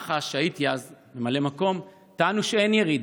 במח"ש, כשהייתי אז ממלא מקום, טענו שאין ירידה,